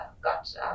got